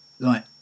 Right